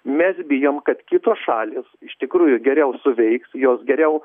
mes bijom kad kitos šalys iš tikrųjų geriau suveiks jos geriau